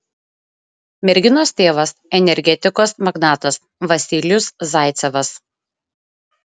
merginos tėvas energetikos magnatas vasilijus zaicevas